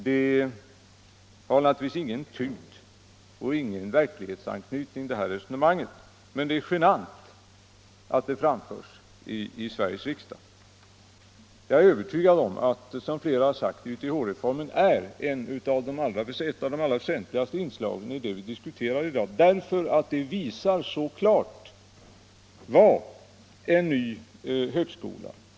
Det resonemanget har naturligtvis ingen tyngd och ingen verklighetsanknytning, men det är genant att det framförs i Sveriges riksdag. Jag är övertygad om att YTH-reformen är ett av de allra viktigaste inslagen i den reform vi diskuterar i dag, därför att den så klart visar vad en ny högskola kan innebära.